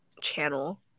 channel